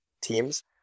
teams